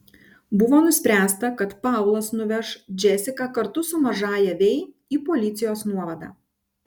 buvo nuspręsta kad paulas nuveš džesiką kartu su mažąja vei į policijos nuovadą